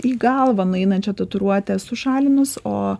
į galvą nueinančią tatuiruotę esu šalinus o